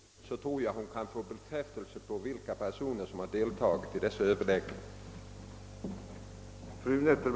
Jag tror att hon då kan få besked om vilka personer som deltagit i överläggningarna.